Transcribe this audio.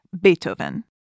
Beethoven